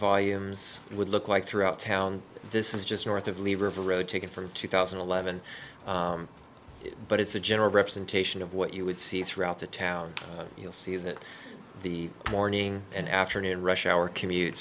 volumes would look like throughout town this is just north of li river road taken from two thousand and eleven but it's a general representation of what you would see throughout the town you'll see that the morning and afternoon rush hour commute